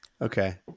Okay